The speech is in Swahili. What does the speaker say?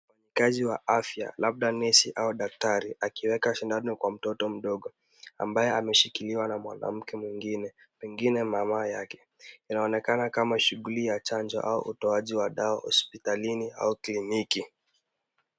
Mfanyikazi wa afya labda nesi au daktari akiweka sindano kwa mtoto mdogo, ambaye ameshikiliwa na mwanamke mwingine, pengine mama yake. Inaonekana kama shughuli ya chanjo au utoaji wa hospitalini au kliniki.